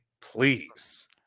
please